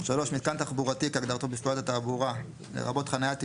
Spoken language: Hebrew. - תיאום הנעשה בין גוף מבצע לגוף תשתית לשם קידום מיזם תשתית,